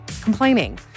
complaining